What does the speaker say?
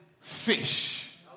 fish